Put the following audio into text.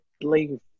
leave